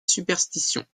superstition